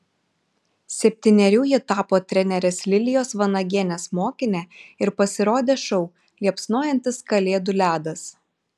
septynerių ji tapo trenerės lilijos vanagienės mokine ir pasirodė šou liepsnojantis kalėdų ledas